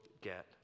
get